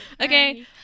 Okay